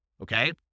Okay